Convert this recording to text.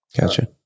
Gotcha